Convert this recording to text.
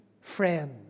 friend